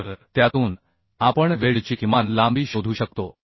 तर त्यातून आपण वेल्डची किमान लांबी शोधू शकतो